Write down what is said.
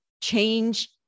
change